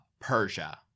Persia